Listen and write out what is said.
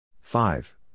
five